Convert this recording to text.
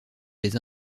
les